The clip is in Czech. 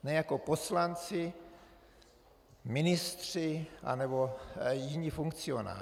Ne jako poslanci, ministři anebo jiní funkcionáři.